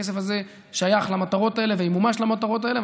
הכסף הזה שייך למטרות האלה וימומש למטרות האלה,